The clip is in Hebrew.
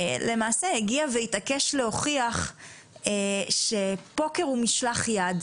והתעקש להוכיח שפוקר הוא משלח יד,